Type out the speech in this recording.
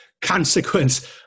Consequence